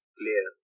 clear